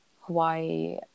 Hawaii